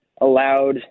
allowed